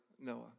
Noah